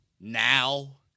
now